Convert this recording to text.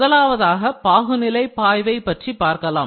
முதலாவதாக பாகுநிலை பாய்வை பற்றி பார்க்கலாம்